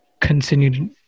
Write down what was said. continued